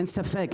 אין ספק.